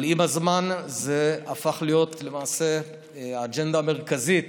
אבל עם הזמן זה הפך להיות למעשה האג'נדה המרכזית